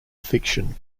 fiction